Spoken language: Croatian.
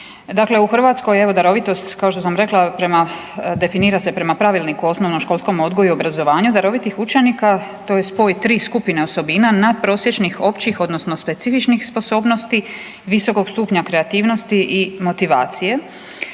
Dakle u Hrvatskoj je evo darovitost kao što sam rekla definira se prema Pravilniku o osnovnoškolskom odgoju i obrazovanju. Darovitih učenika to je spoj tri skupne osobina natprosječnih općih odnosno specifičnih sposobnosti, visokog stupnja kreativnosti i motivacije.